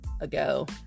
ago